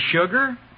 sugar